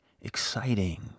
exciting